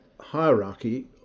hierarchy